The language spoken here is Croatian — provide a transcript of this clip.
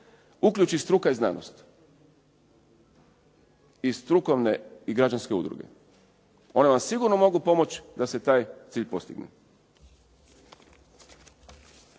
uključi struka i znanost i strukovne i građanske udruge. One vam sigurno mogu pomoći da se taj cilj postigne.